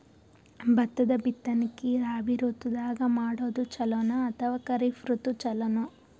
ಭತ್ತದ ಬಿತ್ತನಕಿ ರಾಬಿ ಋತು ದಾಗ ಮಾಡೋದು ಚಲೋನ ಅಥವಾ ಖರೀಫ್ ಋತು ಚಲೋನ?